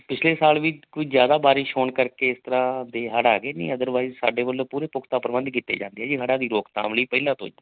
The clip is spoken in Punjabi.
ਪਿਛਲੇ ਸਾਲ ਵੀ ਕੁਝ ਜ਼ਿਆਦਾ ਬਾਰਿਸ਼ ਹੋਣ ਕਰਕੇ ਇਸ ਤਰ੍ਹਾਂ ਦੇ ਹੜ੍ਹ ਆ ਗਏ ਨਹੀਂ ਅਦਰਵਾਈਜ਼ ਸਾਡੇ ਵੱਲੋਂ ਪੂਰੇ ਪੁਖਤਾ ਪ੍ਰਬੰਧ ਕੀਤੇ ਜਾਂਦੇ ਆ ਜੀ ਹੜ੍ਹਾਂ ਦੀ ਰੋਕਥਾਮ ਲਈ ਪਹਿਲਾਂ ਤੋਂ ਹੀ